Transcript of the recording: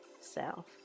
self